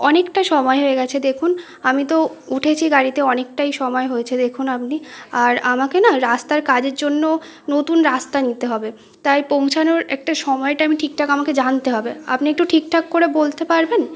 অনেকটা সময় হয়ে গেছে দেখুন আমি তো উঠেছি গাড়িতে অনেকটাই সময় হয়েছে দেখুন আপনি আর আমাকে না রাস্তার কাজের জন্য নতুন রাস্তা নিতে হবে তাই পৌঁছানোর একটা সময়টা আমি ঠিকঠাক আমাকে জানতে হবে আপনি একটু ঠিকঠাক করে বলতে পারবেন